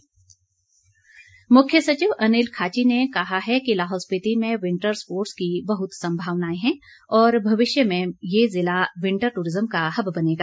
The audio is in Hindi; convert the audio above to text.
मुख्य सचिव मुख्य सचिव अनिल खाची ने कहा है कि लाहौल स्पीति में विंटर स्पोर्टर्स की बहुत संभावनाएं हैं और भविष्य में ये ज़िला विंटर टूरिज्म का हब बनेगा